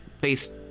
based